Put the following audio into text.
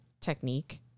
technique